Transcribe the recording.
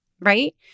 right